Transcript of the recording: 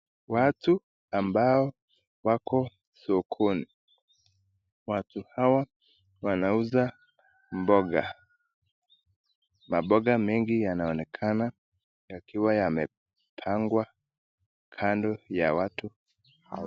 Watu ambao wako sokoni, watu hawa wanauza mboga, mamboga mengi yanaonekana yakiwa yamepangwa kado ya watu hawa.